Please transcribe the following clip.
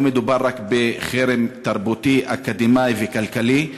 לא מדובר רק בחרם תרבותי, אקדמי וכלכלי.